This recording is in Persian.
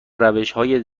روشهای